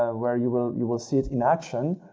ah where you will you will see it in action.